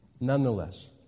Nonetheless